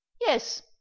yes